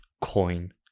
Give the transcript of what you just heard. coin